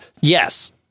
yes